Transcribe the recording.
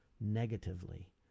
negatively